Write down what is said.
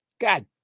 God